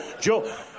Joe